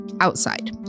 outside